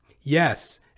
Yes